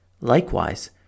Likewise